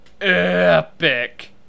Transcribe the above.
epic